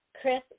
Chris